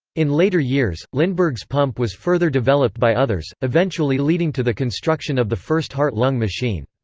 in later years, lindbergh's pump was further developed by others, eventually leading to the construction of the first heart-lung machine.